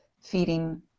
feeding